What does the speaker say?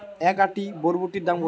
এক আঁটি বরবটির দাম কত?